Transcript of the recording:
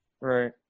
right